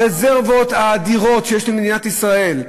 הרזרבות האדירות שיש למדינת ישראל,